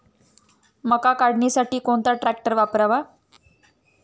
मका काढणीसाठी कोणता ट्रॅक्टर वापरावा?